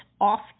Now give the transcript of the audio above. off